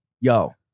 yo